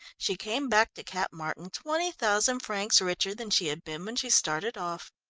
she came back to cap martin twenty thousand francs richer than she had been when she started off.